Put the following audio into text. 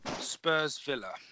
Spurs-Villa